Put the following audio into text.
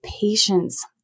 patience